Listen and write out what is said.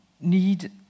need